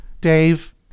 Dave